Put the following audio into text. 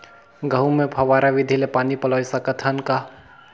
गहूं मे फव्वारा विधि ले पानी पलोय सकत हन का?